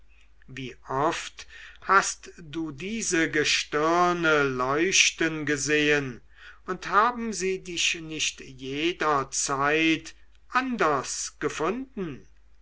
wie oft hast du diese gestirne leuchten gesehen und haben sie dich nicht jederzeit anders gefunden